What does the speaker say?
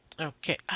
Okay